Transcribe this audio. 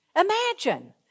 Imagine